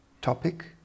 topic